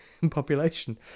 population